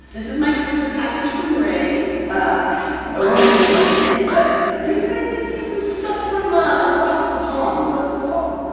this is my christmas package from rae! ah i have no idea what's in it, but i'm excited to see some stuff from ah across the pond, as it's called.